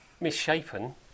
misshapen